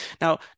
Now